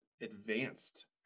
advanced